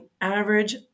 average